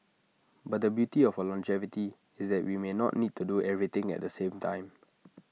but the beauty of our longevity is that we may not need to do everything at the same time